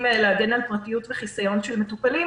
להגן על פרטיות וחיסיון של מטופלים.